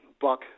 buck